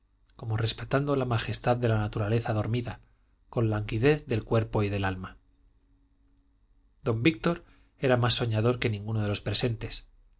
como respetando la majestad de la naturaleza dormida con languidez del cuerpo y del alma don víctor era más soñador que ninguno de los presentes se